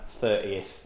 30th